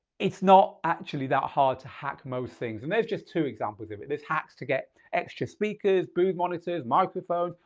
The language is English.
it's not actually that hard to hack most things. and there's just two examples of it. there's hacks to get extra speakers, booth monitors, microphones,